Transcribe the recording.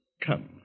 Come